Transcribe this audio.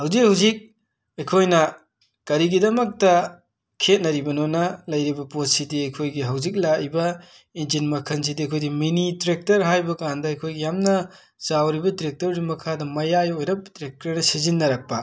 ꯍꯧꯖꯤꯛ ꯍꯧꯖꯤꯛ ꯑꯩꯈꯣꯏꯅ ꯀꯔꯤꯒꯤꯗꯃꯛꯇꯥ ꯈꯦꯠꯅꯔꯤꯕꯅꯣꯅ ꯂꯩꯔꯤꯕ ꯄꯣꯠꯁꯤꯗꯤ ꯑꯩꯈꯣꯏꯒꯤ ꯍꯧꯖꯤꯛ ꯂꯥꯏꯕ ꯏꯟꯖꯤꯟ ꯃꯈꯟꯁꯤꯗꯤ ꯑꯈꯣꯏꯗꯤ ꯃꯤꯅꯤ ꯇ꯭ꯔꯦꯛꯇꯔ ꯍꯥꯏꯕꯀꯥꯟꯗ ꯑꯩꯈꯣꯏ ꯌꯥꯝꯅ ꯆꯥꯎꯔꯤꯕ ꯇ꯭ꯔꯦꯛꯇꯔꯗꯨꯒꯤ ꯃꯈꯥꯗ ꯃꯌꯥꯏ ꯑꯣꯏꯔꯞ ꯇ꯭ꯔꯦꯛꯇ꯭ꯔ ꯁꯤꯖꯤꯟꯅꯔꯛꯄ